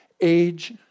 Age